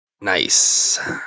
Nice